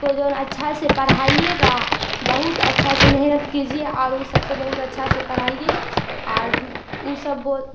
کو جو نا اچھا سے پڑھائیے گا بہت اچھا سے محنت کیجیے اور اس سب کو بہت اچھا سے پڑھائیے اور وہ سب